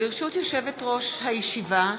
ברשות יושבת-ראש הישיבה,